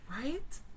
right